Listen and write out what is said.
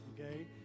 okay